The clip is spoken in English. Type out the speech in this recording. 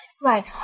Right